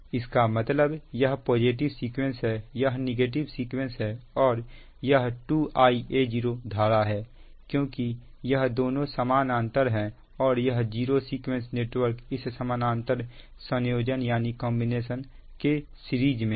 इसका मतलब यह पॉजिटिव सीक्वेंस है यह नेगेटिव सीक्वेंस है और यह 2Ia0 धारा है क्योंकि यह दोनों समानांतर है और यह जीरो सीक्वेंस नेटवर्क इस समानांतर संयोजन के सीरीज में है